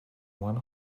one